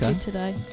today